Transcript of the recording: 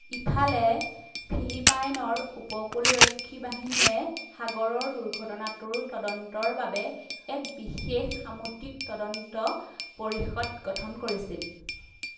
ইফালে ফিলিপাইনৰ উপকূলৰক্ষী বাহিনীয়ে সাগৰৰ দুৰ্ঘটনাটোৰ তদন্তৰ বাবে এক বিশেষ সামুদ্ৰিক তদন্ত পৰিষদ গঠন কৰিছিল